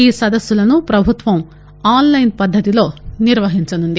ఈ సదస్సులను ప్రభుత్వం ఆన్ లైన్ పద్గతిలో నిర్వహించనుంది